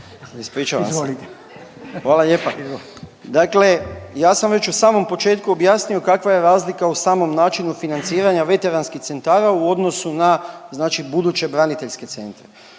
Darko** Hvala lijepa. Dakle, ja sam već u samom početku objasnio kakva je razlika u samom načinu financiranja veteranskih centara u odnosu na znači buduće braniteljske centre.